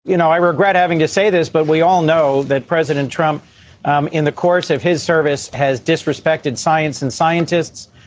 you know, i regret having to say this, but we all know that president trump um in the course of his service has disrespected science and scientists,